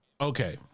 okay